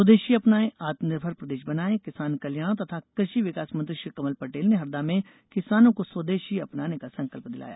स्वदेशी अपनाएंआत्मनिर्भर प्रदेश बनाएं किसान कल्याण तथा कृषि विकास मंत्री श्री कमल पटेल ने हरदा में किसानों को स्वदेशी अपनाने का संकल्प दिलाया